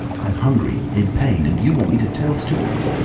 i'm hungry in pain. and you want me to tell stories!